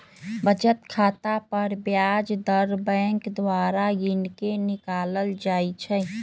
बचत खता पर ब्याज दर बैंक द्वारा गिनके निकालल जाइ छइ